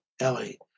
Ellie